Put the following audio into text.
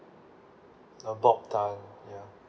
uh bob tan ya